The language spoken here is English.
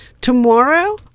Tomorrow